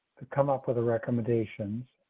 come up with a recommendations.